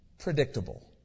predictable